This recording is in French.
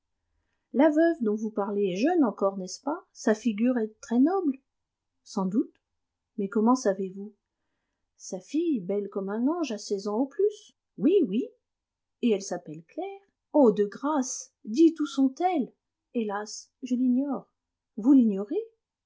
la veuve dont vous parlez est jeune encore n'est-ce pas sa figure est très noble sans doute mais comment savez-vous sa fille belle comme un ange a seize ans au plus oui oui et elle s'appelle claire oh de grâce dites où sont-elles hélas je l'ignore vous l'ignorez